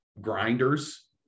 grinders